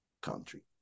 country